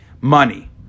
Money